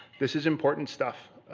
this is important stuff.